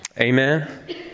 Amen